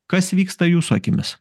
kas vyksta jūsų akimis